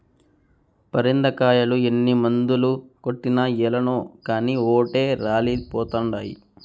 పరింద కాయలు ఎన్ని మందులు కొట్టినా ఏలనో కానీ ఓటే రాలిపోతండాయి